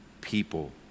people